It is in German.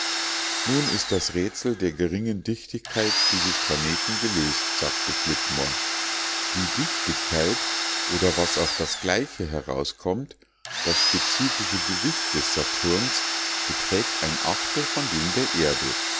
nun ist das rätsel der geringen dichtigkeit dieses planeten gelöst sagte flitmore die dichtigkeit oder was auf das gleiche herauskommt das spezifische gewicht des saturn beträgt von dem der erde